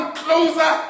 closer